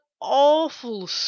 awful